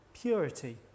purity